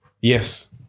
Yes